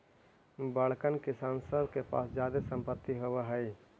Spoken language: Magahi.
बड़कन किसान सब के पास जादे सम्पत्ति होवऽ हई